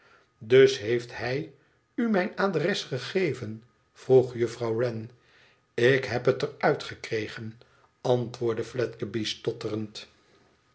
dus heeft hij u mijn adres gegeven vroeg juffrouw wren ik heb het er uit gekregen antwoordde fledgeby stotterend